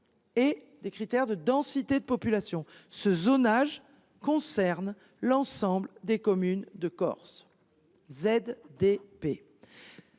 ni en formation ; densité de population. Ce zonage concerne l’ensemble des communes de Corse. Les